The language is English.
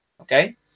Okay